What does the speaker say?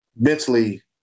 mentally